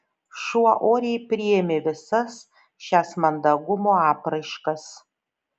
šuo oriai priėmė visas šias mandagumo apraiškas